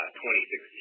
2016